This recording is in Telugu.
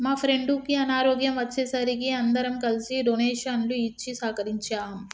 మా ఫ్రెండుకి అనారోగ్యం వచ్చే సరికి అందరం కలిసి డొనేషన్లు ఇచ్చి సహకరించాం